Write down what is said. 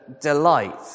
delight